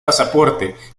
pasaporte